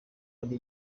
ari